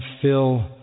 fill